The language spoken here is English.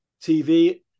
TV